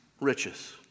riches